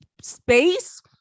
space